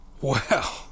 Wow